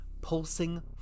pulsing